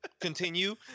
continue